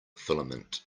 filament